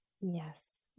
Yes